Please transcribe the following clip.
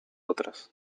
otras